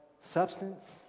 substance